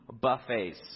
buffets